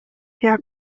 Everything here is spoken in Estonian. hea